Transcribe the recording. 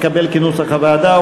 07 לשנת 2013 התקבל כנוסח הוועדה.